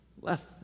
left